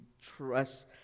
trust